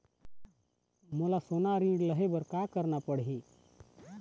मोला सोना ऋण लहे बर का करना पड़ही?